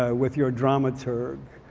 ah with your dramaturg.